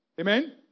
Amen